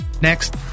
Next